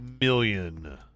million